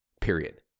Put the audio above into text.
period